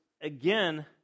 again